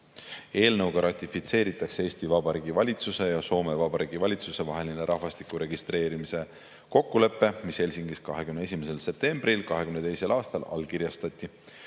Eelnõuga ratifitseeritakse Eesti Vabariigi valitsuse ja Soome Vabariigi valitsuse vaheline rahvastiku registreerimise kokkulepe, mis allkirjastati 21. septembril 2022. aastal Helsingis.